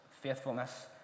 faithfulness